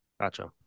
Gotcha